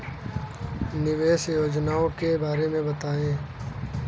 निवेश योजनाओं के बारे में बताएँ?